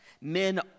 men